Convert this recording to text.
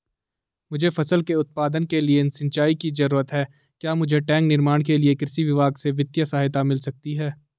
मुझे फसल के उत्पादन के लिए सिंचाई की जरूरत है क्या मुझे टैंक निर्माण के लिए कृषि विभाग से वित्तीय सहायता मिल सकती है?